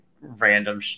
random